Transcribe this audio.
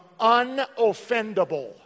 unoffendable